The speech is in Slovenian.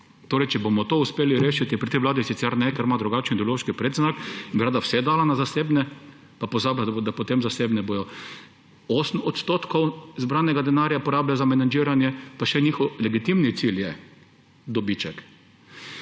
Torej če bomo to uspeli rešiti; pri tej vladi sicer ne, ker ima drugačen ideološki predznak in bi rada vse dala na zasebne, pa pozablja, da potem zasebne bodo 8 % zbranega denarja porabile za menedžiranje, pa še njihov legitimni cilj je dobiček.